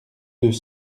deux